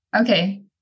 okay